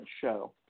show